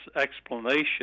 explanation